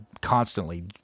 constantly